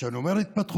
כשאני אומר התפתחות,